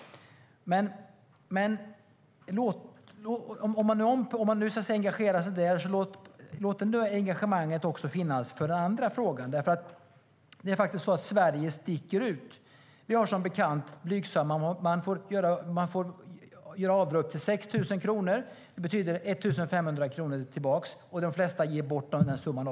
Men om man nu engagerar sig där, låt det engagemanget också finnas för den andra frågan. Sverige sticker ut. I Sverige får man göra avdrag för upp till 6 000 kronor. Det betyder att man får 1 500 kronor tillbaka, och de flesta ger också bort den summan.